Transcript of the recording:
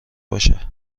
باشد